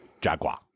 Jaguar